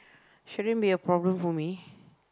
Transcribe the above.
shouldn't be a problem for me